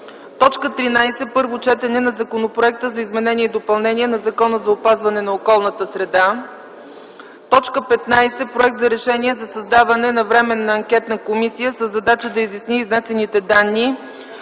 14. Първо четене на Законопроекта за изменение и допълнение на Закона за опазване на околната среда. 15. Проект за Решение за създаване на Временна анкетна комисия със задача да изясни изнесените данни